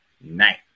night